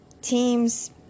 team's